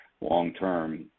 long-term